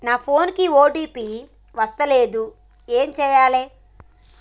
నా ఫోన్ కి ఓ.టీ.పి వస్తలేదు ఏం చేయాలే?